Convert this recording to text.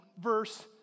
verse